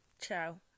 ciao